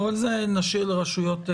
את זה נשאיר לרשויות האכיפה.